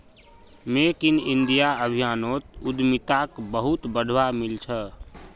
make in India अभियानोत उद्यमिताक बहुत बढ़ावा मिल छ